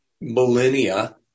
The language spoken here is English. millennia